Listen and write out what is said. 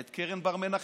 את קרן בר-מנחם.